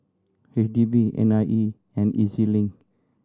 H D B N I E and E Z Link